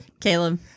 Caleb